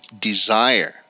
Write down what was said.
desire